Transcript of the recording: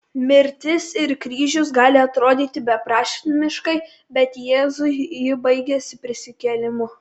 mirtis ir kryžius gali atrodyti beprasmiškai bet jėzui ji baigėsi prisikėlimu